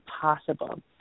possible